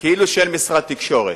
כאילו שאין משרד תקשורת,